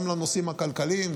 גם לנושאים הכלכליים,